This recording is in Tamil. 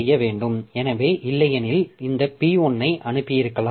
எப்படியாவது இரண்டு செயல்முறைகள் இதை ஒரே நேரத்தில் பெறாது என்பதை உறுதிசெய்கிறோம்